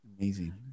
Amazing